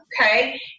okay